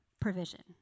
provision